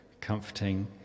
Comforting